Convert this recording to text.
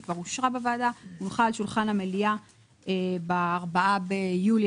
היא כבר אושרה בוועדה והונחה על שולחן הוועדה ב-4 ביולי